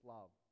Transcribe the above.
Love